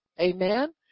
Amen